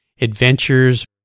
adventures